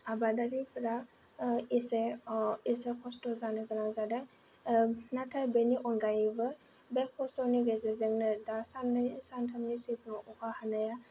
आबादारिफ्रा एसे एसे खस्थ' जानो गोनां जादों नाथाय बेनि अनगायैबो बे खस्थ'नि गेजेरजोंनो दा साननै सानथामनि अखा हानाया